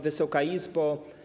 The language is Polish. Wysoka Izbo!